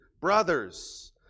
Brothers